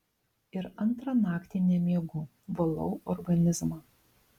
ir antrą naktį nemiegu valau organizmą